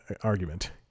argument